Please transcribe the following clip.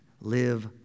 Live